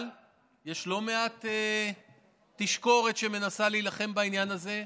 אבל יש לא מעט "תשקורת" שמנסה להילחם בעניין הזה,